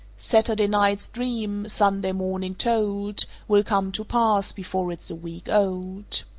saturday night's dream, sunday morning told, will come to pass before it's a week old.